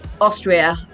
Austria